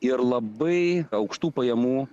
ir labai aukštų pajamų